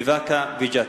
באקה וג'ת?